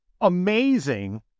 amazing